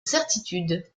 certitude